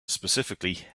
specifically